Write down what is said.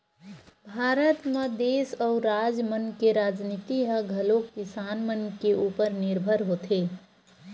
भारत म देस अउ राज मन के राजनीति ह घलोक किसान मन के उपर निरभर होथे